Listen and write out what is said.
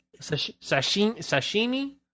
sashimi